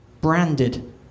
branded